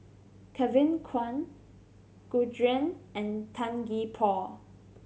Kevin Kwan Gu Juan and Tan Gee Paw